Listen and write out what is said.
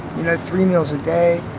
you know, three meals a day.